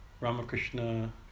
Ramakrishna